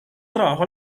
trabajo